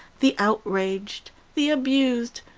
the outraged, the abused,